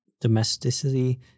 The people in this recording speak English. domesticity